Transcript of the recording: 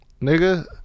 nigga